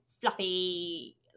fluffy